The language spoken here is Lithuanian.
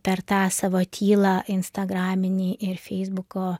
per tą savo tylą instagraminėj ir feisbuko